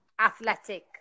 athletic